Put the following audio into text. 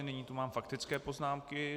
Nyní tu mám faktické poznámky.